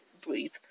breathe